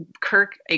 Kirk